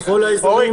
בכל האזורים.